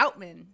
Outman